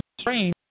strange